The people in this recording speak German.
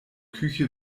küche